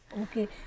okay